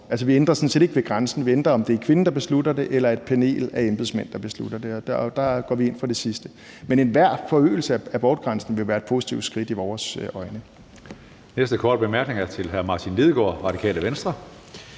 vi ændrer grænsen. Vi ændrer, om det er kvinden, der beslutter det, eller et panel af embedsmænd, der beslutter det, og der går vi ind for det sidste. Men enhver forøgelse af abortgrænsen vil være et positivt skridt i vores øjne. Kl. 17:13 Tredje næstformand (Karsten Hønge): Den næste korte bemærkning er til hr. Martin Lidegaard, Radikale Venstre.